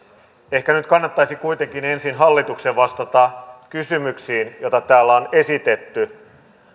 ehkä nyt kannattaisi kuitenkin ensin hallituksen vastata kysymyksiin joita täällä on esitetty